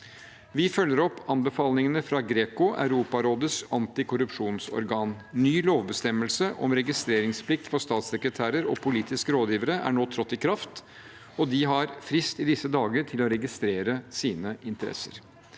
Vi følger opp anbefalingene fra GRECO, Europarådets antikorrupsjonsorgan. Ny lovbestemmelse om registreringsplikt for statssekretærer og politiske rådgivere er nå trådt i kraft, og de har frist i disse dager til å registrere sine interesser.